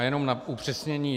Jenom na upřesnění.